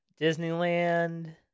Disneyland